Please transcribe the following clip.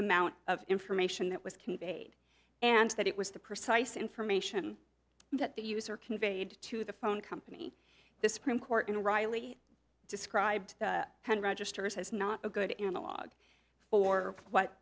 amount of information that was conveyed and that it was the precise information that the user conveyed to the phone company the supreme court in a reilly described registers has not a good analog for what